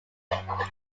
becker